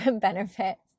benefits